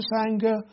anger